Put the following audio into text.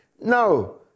No